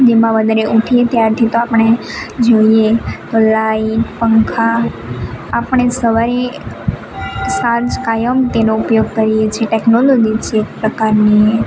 જેમાં વધારે ઊઠીયે ત્યારથી તો આપણે જોઈએ તો લાઇટ પંખા આપણે સવારે સાંજ કાયમ તેનો ઉપયોગ કરીએ છીએ ટેક્નોલોજી જે છે એક પ્રકારની